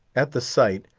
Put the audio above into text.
at the sight,